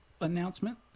announcement